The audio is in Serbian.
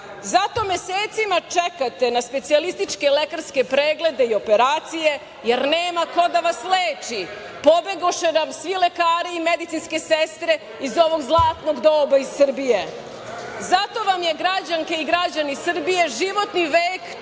mesecima čekate na specijalističke lekarske preglede i operacije, jer nema ko da vas leči. Pobegoše nam svi lekari i medicinske sestre iz ovog zlatnog doba iz Srbije. Zato vam je građanke i građani Srbije životni već